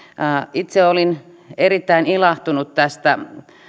itse olin erittäin ilahtunut tästä